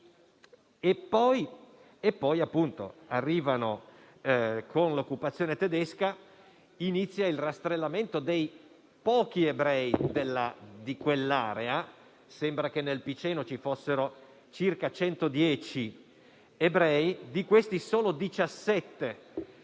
ad aiutarli. Con l'occupazione tedesca inizia il rastrellamento dei pochi ebrei di quell'area. Sembra che nel Piceno ci fossero circa 110 ebrei; di questi solo 17